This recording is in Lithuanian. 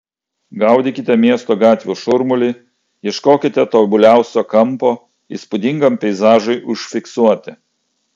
gaudykite miesto gatvių šurmulį ieškokite tobuliausio kampo įspūdingam peizažui užfiksuoti